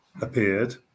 appeared